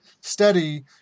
steady